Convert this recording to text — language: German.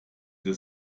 der